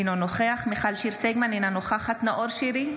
אינו נוכח מיכל שיר סגמן, אינה נוכחת נאור שירי,